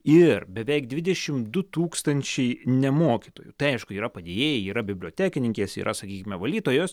ir beveik dvidešimt du tūkstančiai ne mokytojų tai aišku yra padėjėjai yra bibliotekininkės yra sakykime valytojos